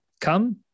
come